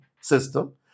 system